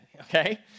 okay